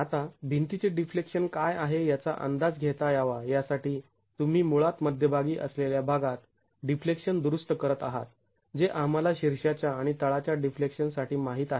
आता भिंतीचे डिफ्लेक्शन काय आहे याचा अंदाज घेता यावा यासाठी तुम्ही मुळात मध्यभागी असलेल्या भागात डिफ्लेक्शन दुरुस्त करत आहात जे आम्हाला शीर्षाच्या आणि तळाच्या डिफ्लेक्शन साठी माहीत आहेत